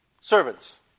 Servants